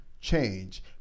change